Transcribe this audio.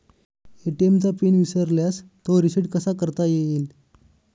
ATM चा PIN विसरल्यास तो रिसेट कसा करता येईल?